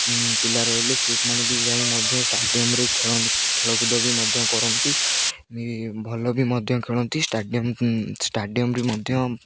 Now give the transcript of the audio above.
ପିଲା ରହିଲେ ସେମାନେ ବି ଯାଇ ମଧ୍ୟ ଷ୍ଟାଡ଼ିଅମ୍ରେ ଖେଳନ୍ତି ଖେଳକୁଦ ବି ମଧ୍ୟ କରନ୍ତି ଭଲ ବି ମଧ୍ୟ ଖେଳନ୍ତି ଷ୍ଟାଡ଼ିୟମ୍ ଷ୍ଟାଡ଼ିୟମ୍ରେ ମଧ୍ୟ